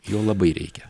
jo labai reikia